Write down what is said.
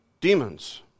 Demons